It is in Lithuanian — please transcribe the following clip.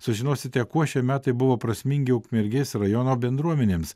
sužinosite kuo šie metai buvo prasmingi ukmergės rajono bendruomenėms